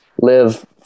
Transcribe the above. live